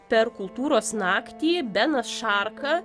per kultūros naktį benas šarka